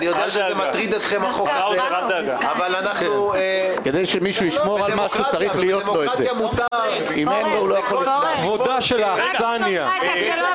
מטריד אתכם אבל זו דמוקרטיה ובדמוקרטיה מותר לכל צד לבחור אחרת.